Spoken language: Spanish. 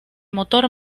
motor